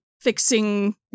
fixing